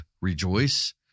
rejoice